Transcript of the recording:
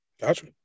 Gotcha